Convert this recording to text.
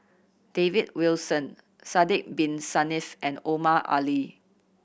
David Wilson Sidek Bin Saniff and Omar Ali